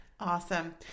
Awesome